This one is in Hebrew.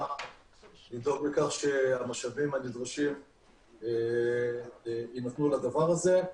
לדאוג לכך שהמשאבים הנדרשים יינתנו לדבר הזה.